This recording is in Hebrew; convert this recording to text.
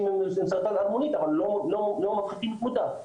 עם סרטן הערמונית אבל לא מפחיתים תמותה,